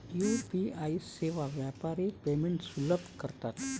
UPI सेवा व्यापारी payments सुलभ करतात